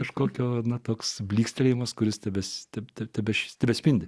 kažkokio na toks blykstelėjimas kuris tebe te tebeš tebespindi